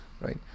right